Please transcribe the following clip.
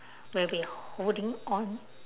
will be holding on